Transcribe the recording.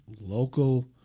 Local –